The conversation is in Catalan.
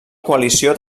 coalició